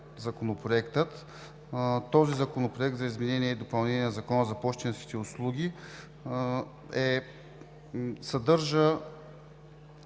Законопроекта. Този Законопроект за изменение и допълнение на Закона за пощенските услуги урежда